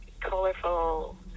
colorful